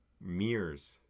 mirrors